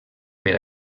per